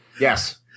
Yes